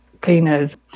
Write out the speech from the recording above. cleaners